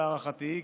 להערכתי,